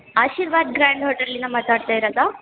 ಆಶಿರ್ವಾದ grand ಹೋಟೆಲಿಂದ ಮಾತಾಡ್ತಾ ಇರೋದಾ